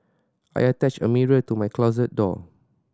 I attached a mirror to my closet door